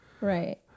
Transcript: Right